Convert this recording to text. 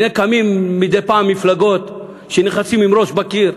הנה קמות מדי פעם מפלגות שנכנסות עם ראש בקיר,